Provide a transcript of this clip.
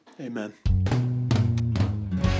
Amen